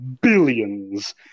billions